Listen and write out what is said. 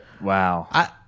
Wow